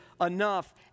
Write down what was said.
enough